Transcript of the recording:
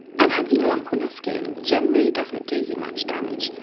and having a lump on your skin generally doesn't do you much damage.